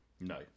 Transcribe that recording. No